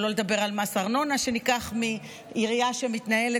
שלא לדבר על מס ארנונה שניקח מעירייה שמתנהלת